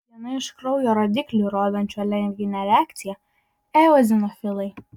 viena iš kraujo rodiklių rodančių alerginę reakciją eozinofilai